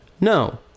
No